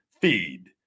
Feed